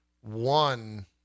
one